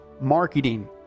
marketing